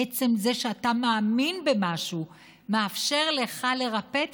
עצם זה שאתה מאמין במשהו מאפשר לך לרפא את